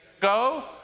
go